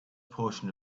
portion